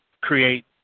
create